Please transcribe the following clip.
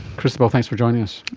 christobel, thanks for joining us.